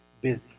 busy